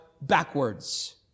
backwards